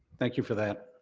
thank you for that.